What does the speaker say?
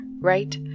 right